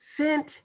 sent